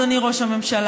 אדוני ראש הממשלה,